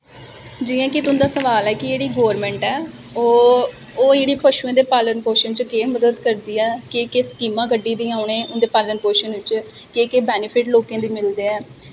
जि'यां कि तुं'दा सोआल ऐ कि जेह्ड़ी गौरमेंट ऐ ओह् जेह्ड़ी पशुएं दे पालन पोषण च केह् मदद करदी ऐ केह् केह् स्कीमां कड्ढी दियां उ'नें उं'दे पालन पोषण च केह् केह् बेनिफिट लोकें गी मिलदे ऐ